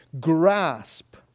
grasp